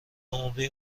عمری